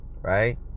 right